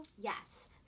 Yes